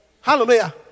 Hallelujah